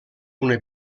una